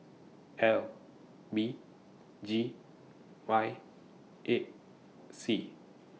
L B G Y eight C